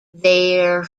their